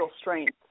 strength